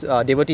ya